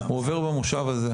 הוא עובר במושב הזה.